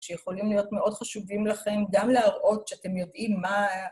שיכולים להיות מאוד חשובים לכם, גם להראות שאתם יודעים מה...